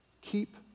Keep